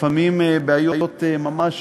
לפעמים בעיות ממש